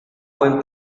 buen